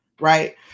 right